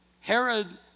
Herod